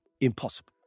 impossible